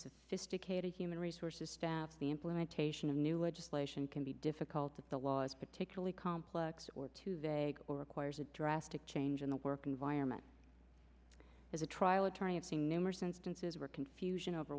sophisticated human resources staff the implementation of new legislation can be difficult that the law is particularly complex or too vague or requires a drastic change in the work environment as a trial attorney i've seen numerous instances where confusion over